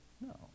No